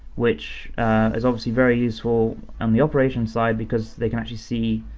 which is obviously very useful, on the operation side because they can actually see,